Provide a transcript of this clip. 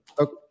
Okay